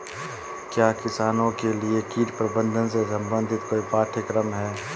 क्या किसानों के लिए कीट प्रबंधन से संबंधित कोई पाठ्यक्रम है?